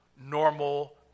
normal